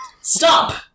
Stop